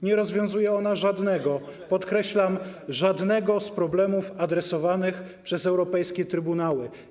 Nie rozwiązuje ona żadnego, podkreślam: żadnego, z problemów adresowanych przez europejskie trybunały.